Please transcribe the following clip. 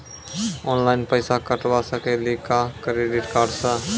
Online पैसा कटवा सकेली का क्रेडिट कार्ड सा?